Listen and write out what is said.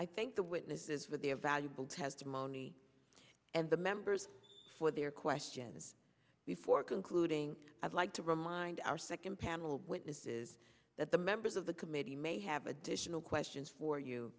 i thank the witnesses would be a valuable testimony and the members for their question is before concluding i'd like to remind our second panel of witnesses that the members of the committee may have additional questions for you